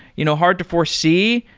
you know hard to foresee?